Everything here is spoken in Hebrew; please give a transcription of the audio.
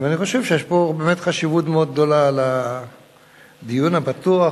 אני חושב שיש פה חשיבות מאוד גדולה לדיון הפתוח,